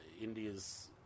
India's